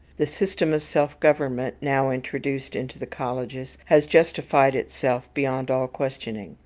the system of self-government, now introduced into the colleges, has justified itself beyond all questioning.